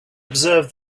observe